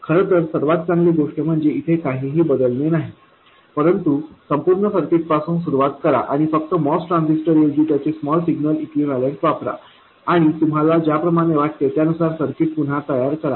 खरं तर सर्वात चांगली गोष्ट म्हणजे इथे काहीही बदलणे नाही परंतु संपूर्ण सर्किटपासून सुरुवात करा आणि फक्त MOS ट्रान्झिस्टर ऐवजी त्याचे स्मॉल सिग्नल इक्विवेलेंट वापरा आणि तुम्हाला ज्याप्रमाणे वाटते त्यानुसार सर्किट पुन्हा तयार करा